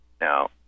Now